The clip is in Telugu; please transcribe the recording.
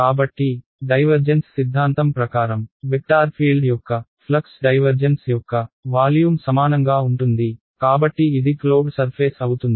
కాబట్టి డైవర్జెన్స్ సిద్ధాంతం ప్రకారం వెక్టార్ ఫీల్డ్ యొక్క ఫ్లక్స్ డైవర్జెన్స్ యొక్క వాల్యూమ్ సమానంగా ఉంటుంది కాబట్టి ఇది క్లోజ్డ్ సర్ఫేస్ అవుతుంది